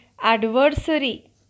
adversary